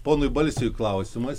ponui balsiui klausimas